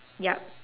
yup